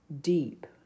deep